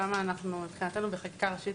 מבחינתנו בחקיקה ראשית